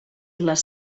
les